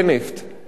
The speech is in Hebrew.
אבל אצלנו,